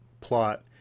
plot